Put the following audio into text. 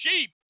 sheep